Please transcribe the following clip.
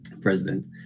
president